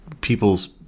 people's